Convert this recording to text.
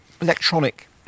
electronic